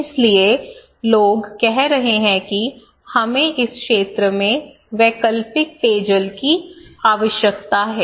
इसलिए लोग कह रहे हैं कि हमें इस क्षेत्र में वैकल्पिक पेयजल की आवश्यकता है